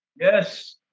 Yes